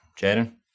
Jaden